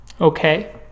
Okay